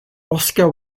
oscar